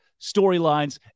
storylines